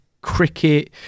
cricket